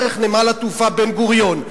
דרך נמל התעופה בן-גוריון,